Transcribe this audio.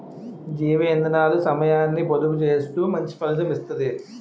జీవ ఇందనాలు సమయాన్ని పొదుపు సేత్తూ మంచి ఫలితం ఇత్తది